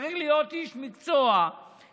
צריך להיות איש מקצוע שלמד,